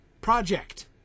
project